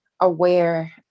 aware